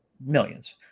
millions